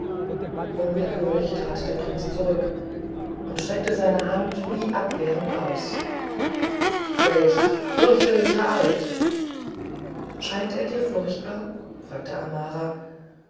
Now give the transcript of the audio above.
unwillkürlich trat der prinz zurück und streckte seine hand wie abwehrend aus welch fürchterlicher eid scheint er dir furchtbar fragte amara